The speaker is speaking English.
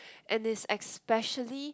and it especially